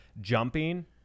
jumping